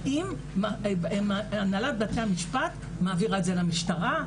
האם הנהלת בתי המשפט מעבירה את זה למשטרה?